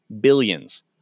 billions